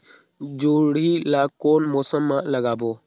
जोणी ला कोन मौसम मा लगाबो?